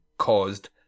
caused